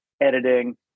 editing